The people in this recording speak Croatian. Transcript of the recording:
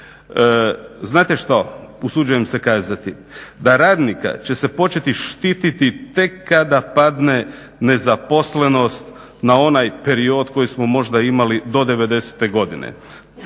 Znate što, usuđujem se kazati da radnika će se početi štititi tek kada padne nezaposlenost na onaj period koji smo možda imali do '90. godine.